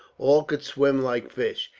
all could swim like fish,